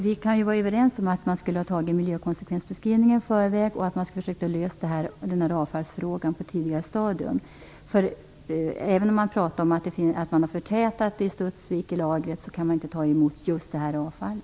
Vi kan vara överens om att man skulle ha gjort en miljökonsekvensbeskrivning i förväg och att man skulle ha löst avfallsfrågan på ett tidigare stadium. Även om man pratar om att man har förtätat lagret i Studsvik kan man inte ta emot just detta avfall.